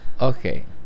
Okay